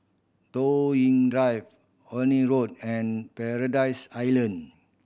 Toh Yi Drive Horne Road and Paradise Island